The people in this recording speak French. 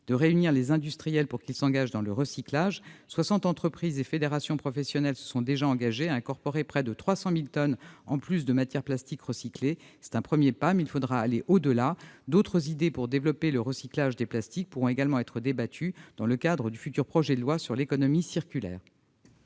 de réunir les industriels pour qu'ils s'engagent dans le recyclage. Soixante entreprises et fédérations professionnelles se sont déjà engagées à incorporer dans leurs produits près de trois cent mille tonnes de matières plastiques recyclées en plus. C'est un premier pas, il faudra encore aller au-delà. D'autres idées pour développer le recyclage des plastiques pourront également être débattues dans le cadre du futur projet de loi sur l'économie circulaire.